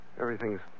Everything's